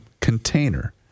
container